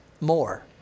more